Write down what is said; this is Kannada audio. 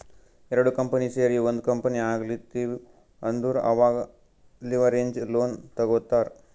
ಎರಡು ಕಂಪನಿ ಸೇರಿ ಒಂದ್ ಕಂಪನಿ ಆಗ್ಲತಿವ್ ಅಂದುರ್ ಅವಾಗ್ ಲಿವರೇಜ್ ಲೋನ್ ತಗೋತ್ತಾರ್